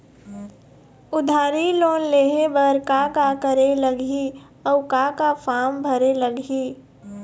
उधारी लोन लेहे बर का का करे लगही अऊ का का फार्म भरे लगही?